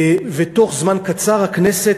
ותוך זמן קצר הכנסת,